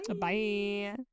Bye